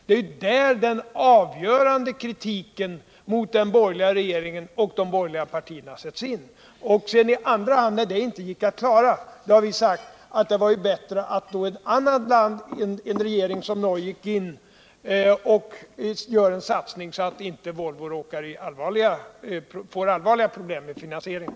Det är där den avgörande kritiken mot den borgerliga regeringen och de borgerliga partierna sätts in. När den inhemska hjälpen inte gick att ordna. förklarade vi att det var bättre att ett annat land, t.ex. Norge, gick in och gjorde en satsning så att Volvo inte fick allvarliga problem med finansicringen.